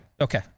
Okay